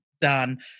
done